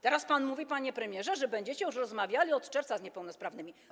Teraz pan mówi, panie premierze, że będziecie już rozmawiali od czerwca z niepełnosprawnymi.